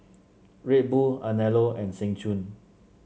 Red Bull Anello and Seng Choon